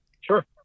sure